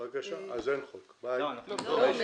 למדתי כמה דברים